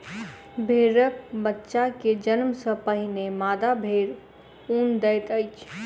भेड़क बच्चा के जन्म सॅ पहिने मादा भेड़ ऊन दैत अछि